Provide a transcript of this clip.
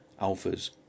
Alphas